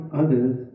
others